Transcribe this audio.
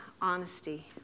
honesty